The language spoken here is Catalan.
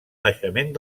naixement